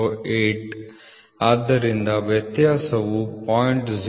008 ಆದ್ದರಿಂದ ವ್ಯತ್ಯಾಸವು 0